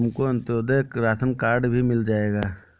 तुमको Antyodaya ration card भी मिल जाएगा